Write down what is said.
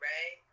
Right